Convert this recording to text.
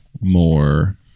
more